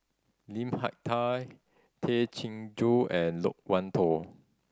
Lim Hak Tai Tay Chin Joo and Loke Wan Tho